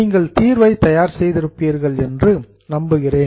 நீங்கள் தீர்வை தயார் செய்திருப்பீர்கள் என்று நம்புகிறேன்